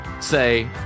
say